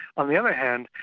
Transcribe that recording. on the other hand,